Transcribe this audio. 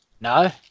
No